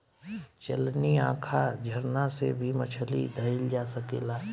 चलनी, आँखा, झरना से भी मछली धइल जा सकेला